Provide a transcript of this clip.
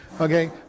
Okay